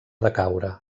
decaure